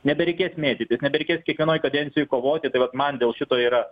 nebereikės mėtytis nebereikės kiekvienoj kadencijoj kovoti tai vat man dėl šito yra